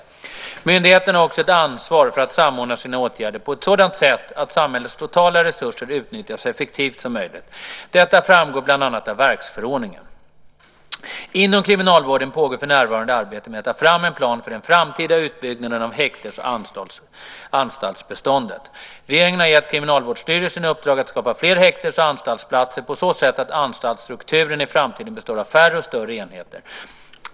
Myndigheterna har också ett ansvar för att samordna sina åtgärder på ett sådant sätt att samhällets totala resurser utnyttjas så effektivt som möjligt. Detta framgår bland annat av verksförordningen. Inom kriminalvården pågår för närvarande arbetet med att ta fram en plan för den framtida utbyggnaden av häktes och anstaltsbeståndet. Regeringen har gett Kriminalvårdsstyrelsen i uppdrag att skapa fler häktes och anstaltsplatser på så sätt att anstaltsstrukturen i framtiden består av färre och större enheter.